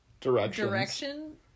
direction